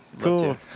Cool